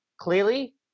clearly